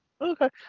okay